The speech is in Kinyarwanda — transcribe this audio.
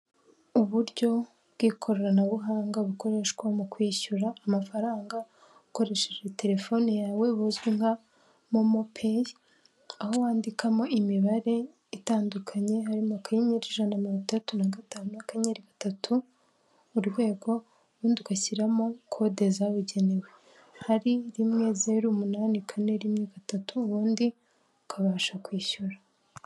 Uburyo bw'ikoranabuhanga bukoreshwa mu kwishyura amafaranga, ukoresheje telefoni yawe buzwi nka momo peyi, aho wandikamo imibare itandukanye harimo akanyenyeri ijana na mirongo itandatu na gatanu, akanyenyeri gatatu, urwego, ubundi ugashyiramo kode zabugenewe. Hari rimwe, zeru, umunani, kane, rimwe, gatatu, ubundi ukabasha kwishyura.